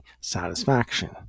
satisfaction